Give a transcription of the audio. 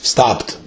Stopped